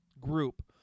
group